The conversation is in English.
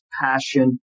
passion